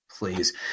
please